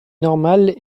normale